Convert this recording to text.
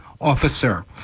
officer